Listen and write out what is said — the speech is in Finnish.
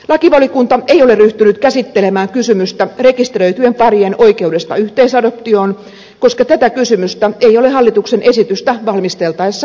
lakivaliokunta ei ole ryhtynyt käsittelemään kysymystä rekisteröityjen parien oikeudesta yhteisadoptioon koska tätä kysymystä ei ole hallituksen esitystä valmisteltaessa arvioitu